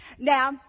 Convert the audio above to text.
Now